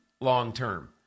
long-term